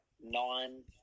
nine